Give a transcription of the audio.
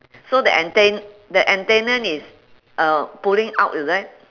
so the anten~ the antenna is uh pulling out is it